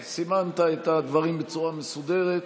סימנת את הדברים בצורה מסודרת.